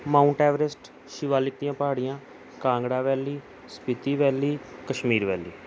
Mount Everest Shivalik ਦੀਆਂ ਪਹਾੜੀਆਂ Kangra valley Spiti valley Kashmir ਵੈਲੀ